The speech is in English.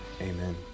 amen